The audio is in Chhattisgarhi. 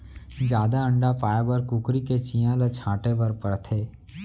जादा अंडा पाए बर कुकरी के चियां ल छांटे बर परथे